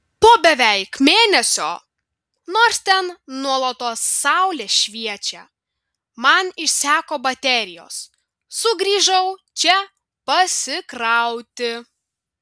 po beveik mėnesio nors ten nuolatos saulė šviečia man išseko baterijos sugrįžau čia pasikrauti